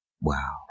Wow